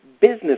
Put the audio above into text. business